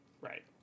Right